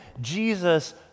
Jesus